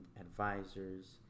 advisors